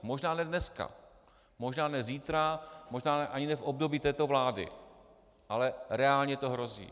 Možná ne dneska, možná ne zítra, možná ani ne v období této vlády, ale reálně to hrozí.